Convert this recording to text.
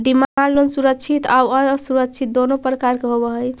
demand loan सुरक्षित आउ असुरक्षित दुनों प्रकार के होवऽ हइ